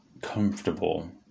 comfortable